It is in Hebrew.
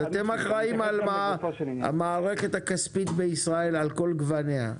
אתם אחראים על המערכת הכספית בישראל על כל גווניה.